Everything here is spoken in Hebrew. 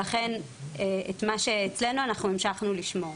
לכן את מה שאצלנו המשכנו לשמור.